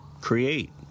create